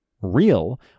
real